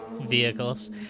vehicles